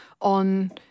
on